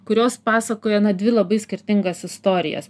kurios pasakoja na dvi labai skirtingas istorijas